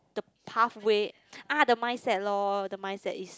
the pathway ah the mindset loh the mindset is